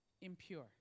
impure